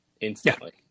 instantly